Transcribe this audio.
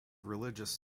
religious